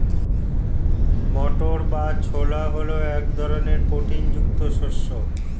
মটর বা ছোলা হল এক ধরনের প্রোটিন যুক্ত শস্য